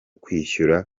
kwishyura